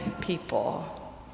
people